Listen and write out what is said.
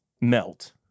melt